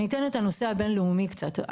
אני אתן את הנושא הבינלאומי קצת,